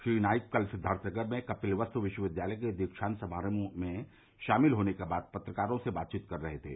श्री नाईक कल सिद्दार्थनगर में कपिलवस्त् विश्वविद्यालय के दीक्षान्त समारोह में शामिल होने के बाद पत्रकारों से बातचीत कर रहे थे